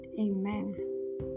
Amen